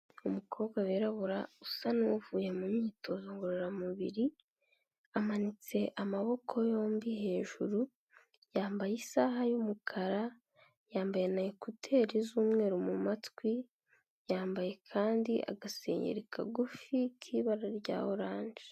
Umukobwa wirabura usa n'uvuye mu myitozo ngororamubiri, amanitse amaboko yombi hejuru, yambaye isaha y'umukara, yambaye nakuteri z'umweru mu matwi, yambaye kandi agasengeri kagufi k'ibara rya oranje.